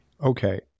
Okay